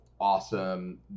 awesome